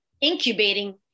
Incubating